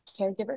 caregiver